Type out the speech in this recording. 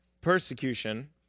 persecution